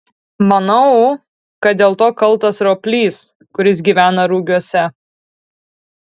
manau kad dėl to kaltas roplys kuris gyvena rugiuose